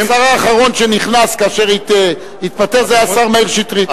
השר האחרון שנכנס כאשר התפטר, היה השר מאיר שטרית.